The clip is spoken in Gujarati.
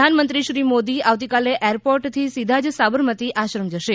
પ્રધાન મંત્રી શ્રી મોદી આવતીકાલે એરપોર્ટથી સીધા જ સાબરમતી આશ્રમ જશે